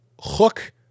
hook